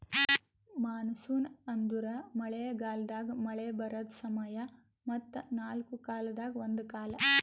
monsoon ಅಂದುರ್ ಮಳೆ ಗಾಲದಾಗ್ ಮಳೆ ಬರದ್ ಸಮಯ ಮತ್ತ ನಾಲ್ಕು ಕಾಲದಾಗ ಒಂದು ಕಾಲ